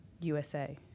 USA